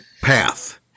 path